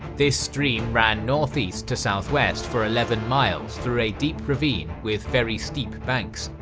this stream ran north-east to south-west for eleven miles through a deep ravine with very steep banks.